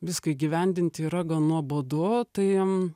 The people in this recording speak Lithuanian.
viską įgyvendinti yra gan nuobodu tai